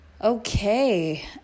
Okay